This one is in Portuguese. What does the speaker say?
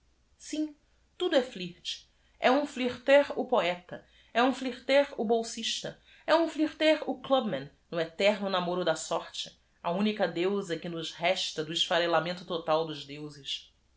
udo é flirt um f lvrteur o poeta um flirleut o bol sista é u m flirteur o clubman no eterno namoro da orte a única deusa que nos resta do esfarela mento total dos deuses